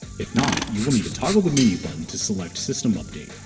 if not, you will need to toggle the menu button to select system update.